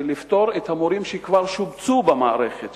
לפטור את המורים שכבר שובצו במערכת,